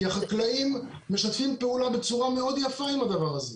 כי החקלאים משתפים פעולה בצורה מאוד יפה עם הדבר הזה.